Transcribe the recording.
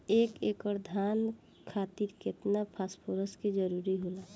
एक एकड़ धान खातीर केतना फास्फोरस के जरूरी होला?